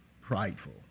prideful